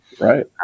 Right